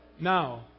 Now